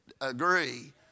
agree